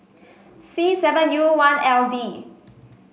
C seven U one L D